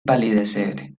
palidecer